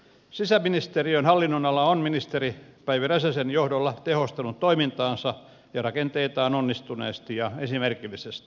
sisäministeriön hallinnon ala on ministeri päivi räsäsen johdolla tehostanut toimintaansa ja rakenteitaan onnistuneesti ja esimerkillisesti